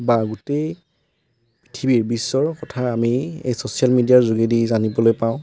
বা গোটেই পৃথিৱীৰ বিশ্বৰ কথা আমি এই ছ'চিয়েল মেডিয়াৰ যোগেদি জানিবলৈ পাওঁ